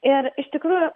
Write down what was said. ir iš tikrųjų